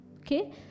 okay